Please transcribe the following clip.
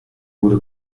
gute